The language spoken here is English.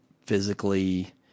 physically